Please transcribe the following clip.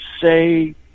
say